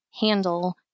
handle